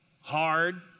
hard